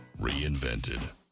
reinvented